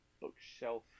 bookshelf